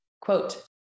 Quote